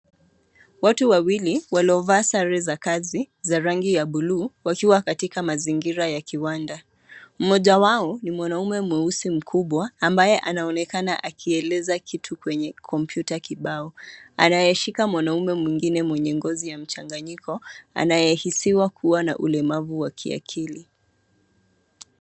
Watu wawili waliovaa sare za kazi za rangi ya buluu wakiwa katika mazingira ya kiwanda. Moja wao ni mwanaume mweusi mkubwa ambaye anaonekana akieleza kitu kwenye kompyuta kibao. Anayeshika mwanaume mwingine mwenye ngozi ya mchanganyiko anayehisiwa kuwa na ulemavu wa kiakili.